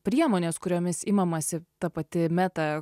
priemonės kuriomis imamasi ta pati meta